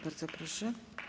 Bardzo proszę.